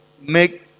make